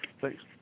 Thanks